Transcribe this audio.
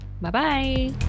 Bye-bye